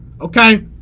Okay